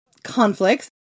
conflicts